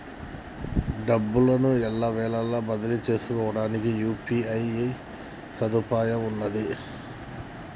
డబ్బును ఎల్లవేళలా బదిలీ చేసుకోవడానికి యూ.పీ.ఐ సదుపాయం ఉన్నది